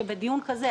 שבדיון כזה,